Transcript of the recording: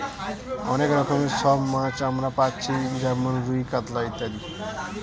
অনেক রকমের সব মাছ আমরা পাচ্ছি যেমন রুই, কাতলা ইত্যাদি